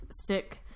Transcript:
stick